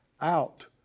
out